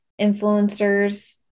influencers